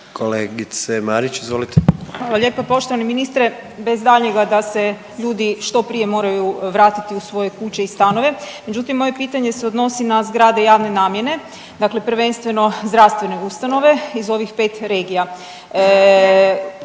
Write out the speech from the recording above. **Marić, Andreja (SDP)** Hvala lijepa. Poštovani ministre bez daljnjega da se ljudi što prije moraju vratiti u svoje kuće i stanove, međutim moje pitanje se odnosi na zgrade javne namjene. Dakle, prvenstveno zdravstvene ustanove iz ovih 5 regija.